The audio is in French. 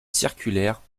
circulaire